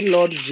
Lord